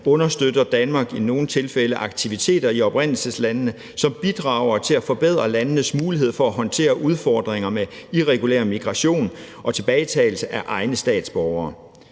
understøtter Danmark i nogle tilfælde aktiviteter i oprindelseslandene, som bidrager til at forbedre landenes mulighed for at håndtere udfordringer med irregulær migration og tilbagetagelse af egne statsborgere.